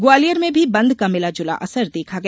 ग्वालियर में भी बंद का मिला जुला असर देखा गया